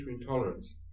intolerance